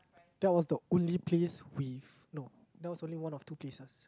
that was the only place with no that was only one of two places